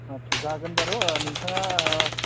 आदसा जागोन बारु नोंथाङा